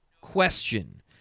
question